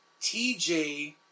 TJ